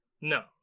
No